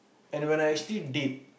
and when I actually date